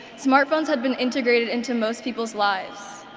smart phones had been integrated into most people's lives.